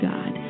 God